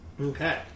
Okay